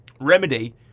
remedy